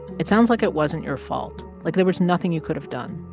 it sounds like it wasn't your fault, like there was nothing you could have done.